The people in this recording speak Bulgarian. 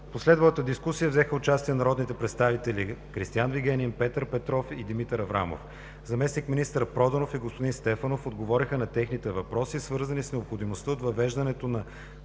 В последвалата дискусия взеха участие народните представители Кристиан Вигенин, Петър Петров и Димитър Аврамов. Заместник-министър Проданов и господин Стефанов отговориха на техните въпроси, свързани с необходимостта от въвеждането на